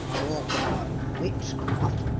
talk about witchcraft!